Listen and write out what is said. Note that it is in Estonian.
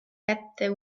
kätte